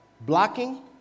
Blocking